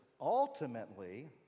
ultimately